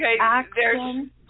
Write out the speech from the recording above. action